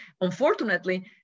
unfortunately